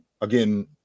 again